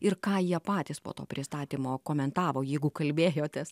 ir ką jie patys po to pristatymo komentavo jeigu kalbėjotės